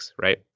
right